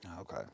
Okay